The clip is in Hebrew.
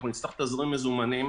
אז אנחנו נצטרך תזרים מזומנים,